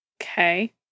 Okay